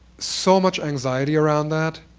so much anxiety around that,